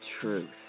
truth